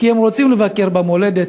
כי הם רוצים לבקר במולדת,